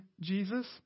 Jesus